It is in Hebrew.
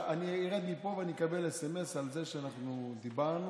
אני ארד מפה ואני אקבל סמ"ס על זה שאנחנו דיברנו.